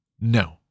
No